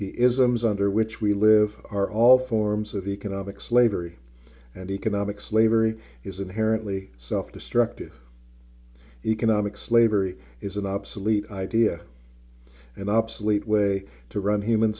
isms under which we live are all forms of economic slavery and economic slavery is inherently self destructive economic slavery is an obsolete idea an obsolete way to run human